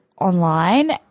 online